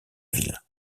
ville